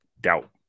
doubt